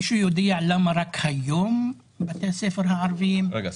מישהו יודע למה רק היום בתי הספר הערבים --- רגע,